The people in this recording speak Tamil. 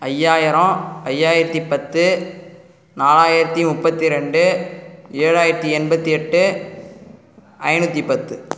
ஐயாயிரம் ஐயாயிரத்தி பத்து நாலாயிரத்தி முப்பத்தி ரெண்டு ஏழாயிரத்தி எண்பத்தி எட்டு ஐந்நூத்தி பத்து